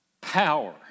Power